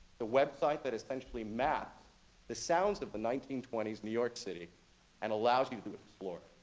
the website that essentially mapped the sounds of the nineteen twenty s new york city and allows you to explore it.